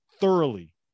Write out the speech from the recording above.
thoroughly